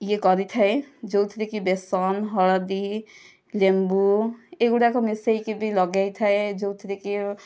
ଇଏ କରିଥାଏ ଯେଉଁଥିରେ କି ବେସନ ହଳଦୀ ଲେମ୍ବୁ ଏଗୁଡ଼ାକ ମିଶାଇକି ବି ଲଗାଇଥାଏ ଯେଉଁଥିରେ କି